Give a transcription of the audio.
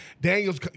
Daniels